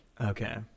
Okay